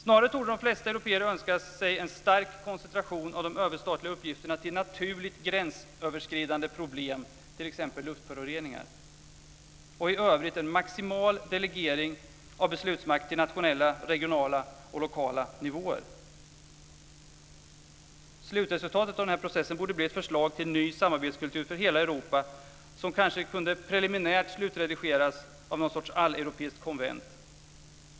Snarare torde de flesta européer önska sig en stark koncentration av de överstatliga uppgifterna till naturligt gränsöverskridande problem, t.ex. luftföroreningar och i övrigt en maximal delegering av beslutsmakt till nationella, regionala och lokala nivåer. Slutresultatet av processen borde bli ett förslag till ny samarbetskultur för hela Europa, som preliminärt kunde slutredigeras av något slags alleuropeiskt konvent.